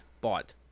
bought